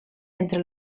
entre